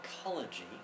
ecology